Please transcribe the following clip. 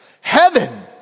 Heaven